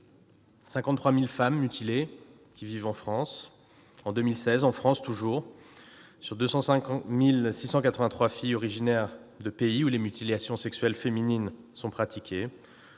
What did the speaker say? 53 000 femmes mutilées. En 2016, en France toujours, sur 250 683 filles originaires de pays où les mutilations sexuelles féminines sont pratiquées,